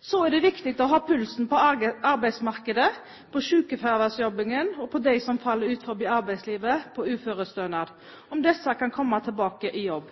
Så er det viktig å kjenne arbeidsmarkedet på pulsen, sykefraværet og dem som faller utenfor arbeidslivet på uførestønad, om disse kan komme tilbake i jobb.